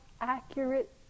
accurate